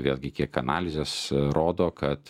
vėlgi kiek analizės rodo kad